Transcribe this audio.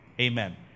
Amen